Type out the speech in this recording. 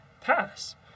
pass